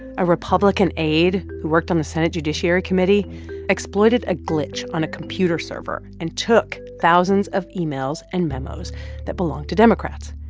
a republican aide who worked on the senate judiciary committee exploited a glitch on a computer server and took thousands of emails and memos that belonged to democrats,